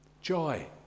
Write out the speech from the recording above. Joy